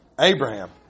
Abraham